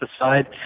aside